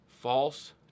False